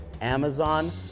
Amazon